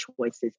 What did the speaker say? choices